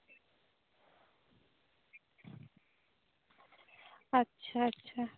ᱟᱪᱪᱷᱟ ᱟᱪᱪᱷᱟ